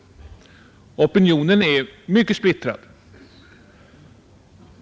Opinionen är mycket splittrad.